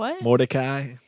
Mordecai